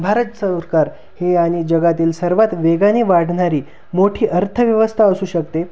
भारत सरकार हे आणि जगातील सर्वात वेगाने वाढणारी मोठी अर्थव्यवस्था असू शकते